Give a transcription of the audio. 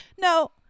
no